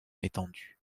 étendue